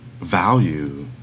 value